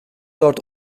dört